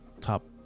top